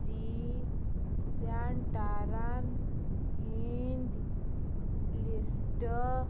C سینٛٹرن ہٕنٛدۍ list